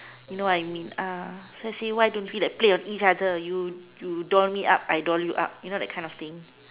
you know what I mean uh so say like why don't like play on each other like you doll me up I doll you up you know that kind of thing